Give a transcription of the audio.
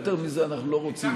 יותר מזה אנחנו לא רוצים.